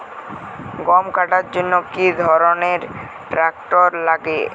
গম কাটার জন্য কি ধরনের ট্রাক্টার লাগে?